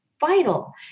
vital